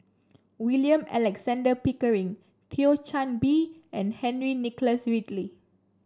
William Alexander Pickering Thio Chan Bee and Henry Nicholas Ridley